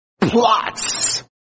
plots